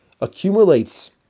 accumulates